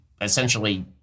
essentially